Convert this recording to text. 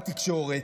בתקשורת.